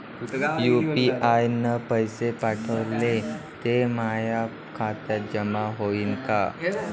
UPI न पैसे पाठवले, ते माया खात्यात जमा होईन का?